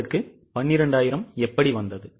உங்களுக்கு 12000 எப்படி வந்தது